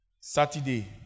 Saturday